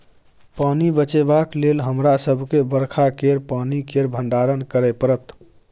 पानि बचेबाक लेल हमरा सबके बरखा केर पानि केर भंडारण करय परत